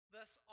Thus